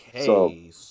Okay